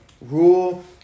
rule